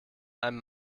einem